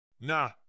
Nah